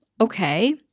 Okay